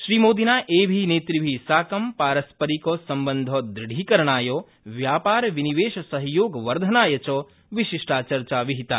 श्री मोदिना एभि नेतृभि साकं पारस्परिकसम्बन्धदृढीकरणाय व्यापारनिवेशसहयोगवर्धनाय च विशिष्टचर्चा विहिता